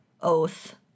oath